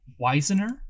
Weisner